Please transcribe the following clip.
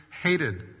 hated